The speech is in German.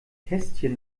kästchen